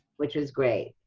which was great.